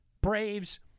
Braves